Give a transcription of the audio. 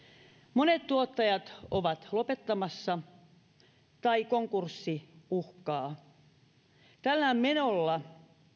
monet tuottajat ovat lopettamassa tai konkurssi uhkaa tällä menolla